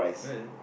right